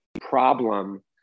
problem